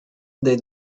they